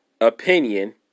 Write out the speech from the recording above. opinion